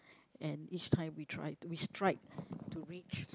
and each time we try we try to reach